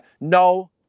No